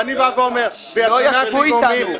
אני אומר --- לא ישבו איתנו.